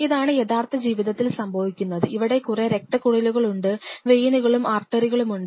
ഇതാണ് യഥാർത്ഥ ജീവിതത്തിൽ സംഭവിക്കുന്നത് ഇവിടെ കുറെ രക്തക്കുഴലുകൾ ഉണ്ട് വെയ്നുകളും ആർട്ടറികളുമുണ്ട്